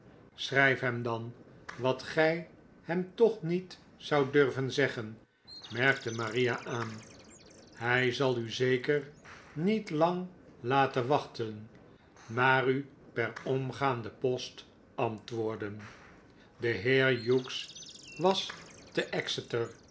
schrijf hem dan wat gij hem toch niet zoudt durven zeggen merkte maria aan hij zal u zeker niet lang laten wachten maar u per omgaande post antwoorden de heer hughes was te exeter